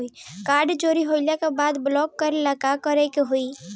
Card चोरी होइला के बाद ब्लॉक करेला का करे के होई?